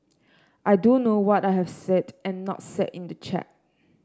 I do know what I have said and not said in the chat